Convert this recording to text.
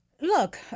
Look